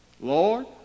Lord